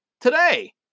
today